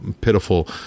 pitiful